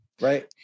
right